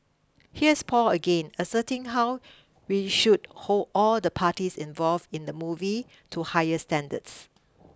here's Paul again asserting how we should hold all the parties involved in the movie to higher standards